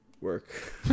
Work